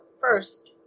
first